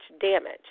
damage